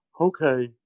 okay